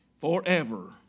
forever